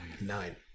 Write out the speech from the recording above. nine